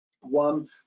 One